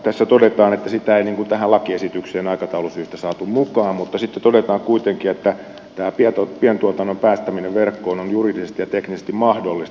tässä todetaan että sitä ei tähän lakiesitykseen aikataulusyistä saatu mukaan mutta sitten todetaan kuitenkin että tämä pientuotannon päästäminen verkkoon on juridisesti ja teknisesti mahdollista